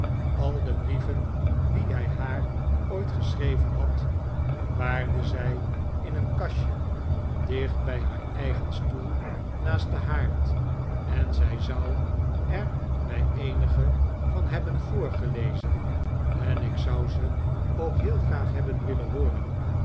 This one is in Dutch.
al de brieven die hij haar ooit gedavid copper field schreven had bewaarde zij in een kastje dicht bij haar eigen stoel naast den haard en zij zou er mij eenige van hebben voorgelezen en ik zou ze ook heel graag hebben willen hooren